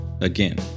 again